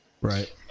Right